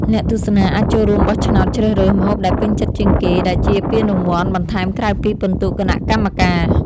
អ្នកទស្សនាអាចចូលរួមបោះឆ្នោតជ្រើសរើស ម្ហូបដែលពេញចិត្តជាងគេ ដែលជាពានរង្វាន់បន្ថែមក្រៅពីពិន្ទុគណៈកម្មការ។